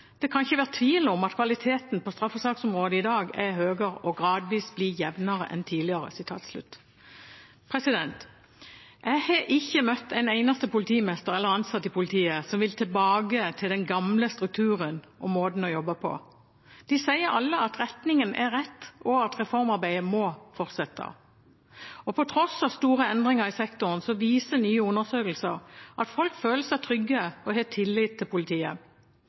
gradvis blir jevnere, enn tidligere.» Jeg har ikke møtt en eneste politimester eller ansatt i politiet som vil tilbake til den gamle strukturen og måten å jobbe på. De sier alle at retningen er rett, og at reformarbeidet må fortsette. På tross av store endringer i sektoren viser nye undersøkelser at folk føler seg trygge og har tillit til politiet.